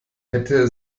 hätte